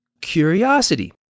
curiosity